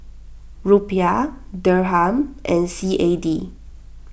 Rupiah Dirham and C A D